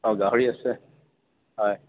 অঁ গাহৰি আছে হয়